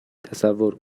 تصور